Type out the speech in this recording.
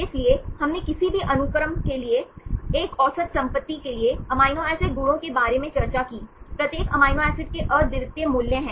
इसलिए हमने किसी भी अनुक्रम के लिए एक औसत संपत्ति के लिए अमीनो एसिड गुणों के बारे में चर्चा की प्रत्येक अमीनो एसिड के अद्वितीय मूल्य हैं